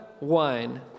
wine